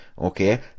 Okay